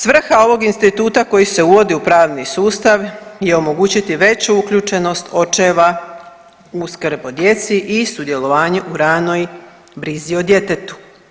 Svrha ovog instituta koji se uvodi u pravni sustav je omogući veću uključenost očeva u skrb o djeci i sudjelovanje u ranoj brizi o djetetu.